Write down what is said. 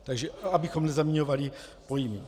Takže abychom nezaměňovali pojmy.